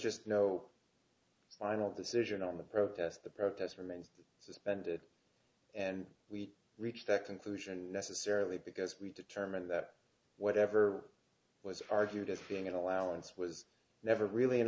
just no final decision on the protest the protest remains suspended and we reached that conclusion necessarily because we determined that whatever was argued as being an allowance was never really an